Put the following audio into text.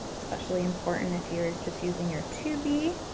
especially important if you're just using your two b,